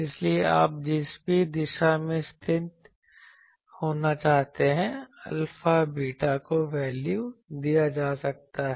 इसलिए आप जिस भी दिशा में स्थित होना चाहते हैं अल्फा बीटा को वैल्यू दिया जा सकता है